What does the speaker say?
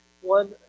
one